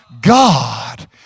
God